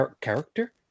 Character